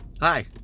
Hi